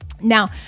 Now